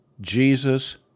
Jesus